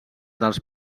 dels